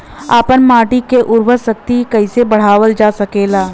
आपन माटी क उर्वरा शक्ति कइसे बढ़ावल जा सकेला?